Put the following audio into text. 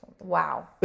Wow